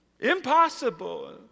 Impossible